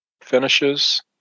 finishes